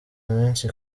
iminsi